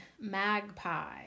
magpie